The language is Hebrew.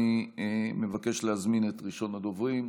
אני מבקש להזמין את ראשון הדוברים,